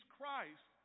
Christ